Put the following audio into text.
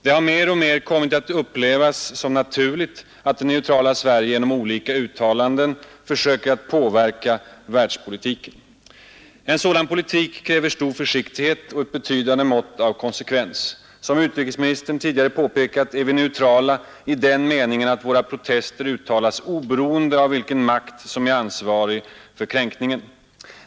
Det har mer och mer kommit att upplevas som naturligt att det neutrala Sverige genom olika uttalanden försöker att påverka världspolitiken. Men en sådan politik kräver stor försiktighet och ett betydande mått av konsekvens. Som utrikesministern tidigare på pekat är vi neutrala i den meningen att våra protester uttalas oberoende av vilken makt som är ansvarig för kränkningen.